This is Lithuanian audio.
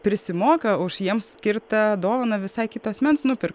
prisimoka už jiems skirtą dovaną visai kito asmens nupirktą